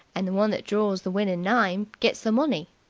and the one that draws the winning name gets the money.